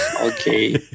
Okay